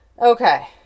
Okay